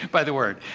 by the word.